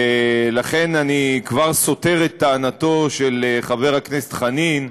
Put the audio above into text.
לכן אני כבר סותר את טענתו של חבר הכנסת חנין,